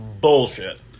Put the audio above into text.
Bullshit